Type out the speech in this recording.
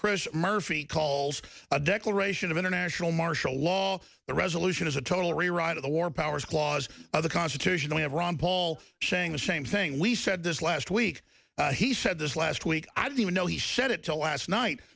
chris murphy calls a declaration of international martial law the resolution is a total rewrite of the war powers clause of the constitutionally of ron paul saying the same thing we said this last week he said this last week i don't even know he said it to last night